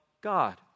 God